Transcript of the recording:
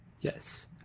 Yes